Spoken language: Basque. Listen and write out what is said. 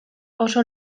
oso